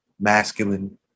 masculine